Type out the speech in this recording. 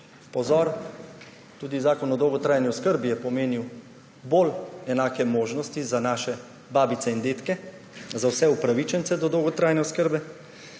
pozor! tudi Zakon o dolgotrajni oskrbi je pomenil bolj enake možnosti za naše babice in dedke, za vse upravičence do dolgotrajne oskrbe,